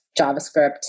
JavaScript